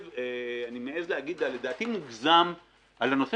אני מעז להגיד לדעתי המוגזם על הנושא